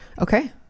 Okay